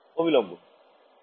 ছাত্র ছাত্রীঃ অভিলম্ব